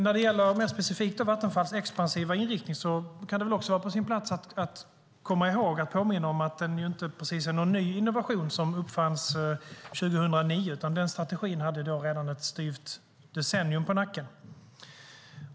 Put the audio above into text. När det gäller mer specifikt Vattenfalls expansiva inriktning kan det också vara på sin plats att påminna om att den inte precis är någon ny innovation som uppfanns 2009 utan att denna strategi hade ett styvt decennium på nacken.